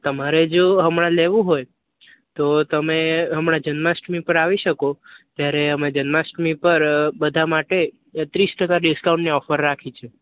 તમારે જો હમણા લેવું હોય તો તમે હમણા જન્માષ્ટમી પર આવી શકો ત્યારે અમે જન્માષ્ટમી પર બધા માટે ત્રીસ ટકા ડિસ્કાઉન્ટની ઓફર રાખી છે